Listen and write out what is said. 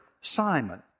Simon